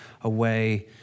away